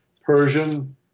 Persian